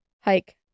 hike